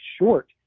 short